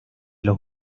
los